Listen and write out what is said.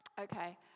Okay